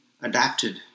adapted